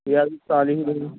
یا تعلیم العلم